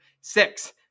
six